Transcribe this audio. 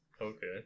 Okay